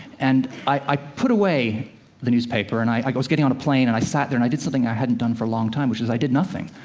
and i put away the newspaper and i i was getting on a plane and i sat there and i did something i hadn't done for a long time which is i did nothing.